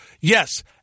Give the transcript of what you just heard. yes